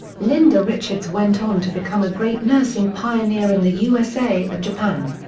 linda richards went on to become a great nursing pioneer in the usa and japan.